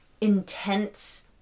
intense